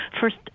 First